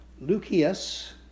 Lucius